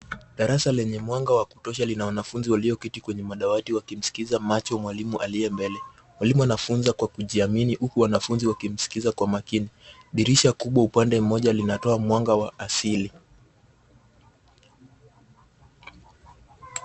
Darasa lenye mwanga wa kutosha lina wanafunzi walioketi kwa madawati wakimsikiza macho mwalimu aliye mbele. Mwalimu anafunza kwa kujiamini huku wanafunzi wakimsikiza kwa makini. Dirisha kubwa upande mmoja linatoa mwanga wa asili.